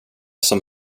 som